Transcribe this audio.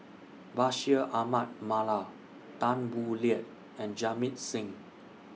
Bashir Ahmad Mallal Tan Boo Liat and Jamit Singh